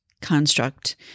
construct